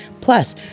Plus